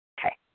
Okay